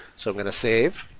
so i'm going to save,